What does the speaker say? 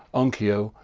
onkyo,